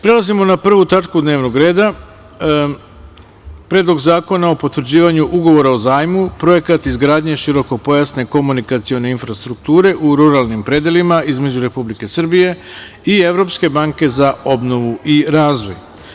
Prelazimo na 1. tačku dnevnog reda - PREDLOG ZAKONA O POTVRĐIVANjU UGOVORA O ZAJMU (PROJEKAT IZGRADNjE ŠIROKOPOJASNE KOMUNIKACIONE INFRASTRUKTURE U RURALNIM PREDELIMA) IZMEĐU REPUBLIKE SRBIJE I EVROPSKE BANKE ZA OBNOVU I RAZVOJ.